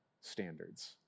standards